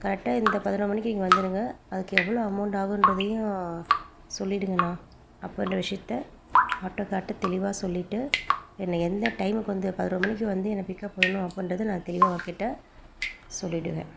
கரெக்டாக இந்த பதினொரு மணிக்கு இங்கே வந்துடுங்க அதுக்கு எவ்வளோ அமௌண்ட் ஆகுன்றதையும் சொல்லிடுங்கண்ணா அப்புடின்ற விஷயத்த ஆட்டோக்கார்கிட்ட தெளிவாக சொல்லிவிட்டு என்ன எந்த டைமுக்கு வந்து பதினொரு மணிக்கு வந்து என்ன பிக்கப் பண்ணணும் அப்படின்றத நான் தெளிவாக அவர்கிட்ட சொல்லிடுவேன்